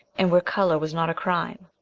and where colour was not a crime.